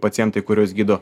pacientai kuriuos gydo